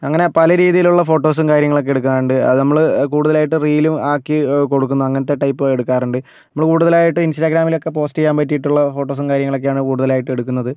അങ്ങനെ പല രീതിയിലുള്ള ഫോട്ടോസും കാര്യങ്ങളും ഒക്കെ എടുക്കുന്നുണ്ട് അതില് കൂടുതലായിട്ടും നമ്മള് റീലും ആക്കി കൊടുക്കുന്ന അങ്ങനത്തെ ടൈപ്പും എടുക്കുന്നുണ്ട് നമ്മൾ കൂടുതലായിട്ടും ഇൻസ്റ്റാഗ്രാമിൽ ഒക്കെ പോസ്റ്റ് ചെയ്യാൻ പറ്റിയിട്ടുള്ള ഫോട്ടോസും കാര്യങ്ങളൊക്കെയാണ് കൂടുതലായിട്ടും എടുക്കുന്നത്